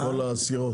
הסירות.